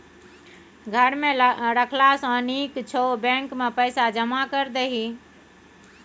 घर मे राखला सँ नीक छौ बैंकेमे पैसा जमा कए दही